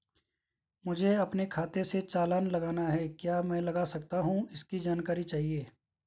मुझे अपने खाते से चालान लगाना है क्या मैं लगा सकता हूँ इसकी जानकारी चाहिए?